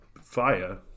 fire